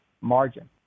margin